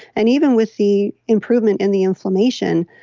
and even with the improvement in the inflammation,